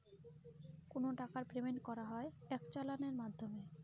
কোনো টাকার পেমেন্ট করা হয় এক চালানের মাধ্যমে